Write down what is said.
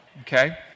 okay